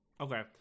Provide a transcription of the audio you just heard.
Okay